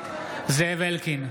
זאב אלקין,